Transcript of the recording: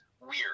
weird